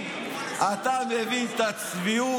אתה יכול לרדת.